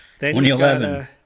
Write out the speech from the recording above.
2011